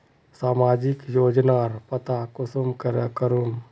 सामाजिक योजनार पता कुंसम करे करूम?